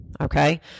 Okay